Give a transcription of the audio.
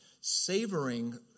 savoring